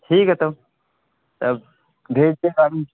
ٹھیک ہے تب تب بھیج دیں گاڑی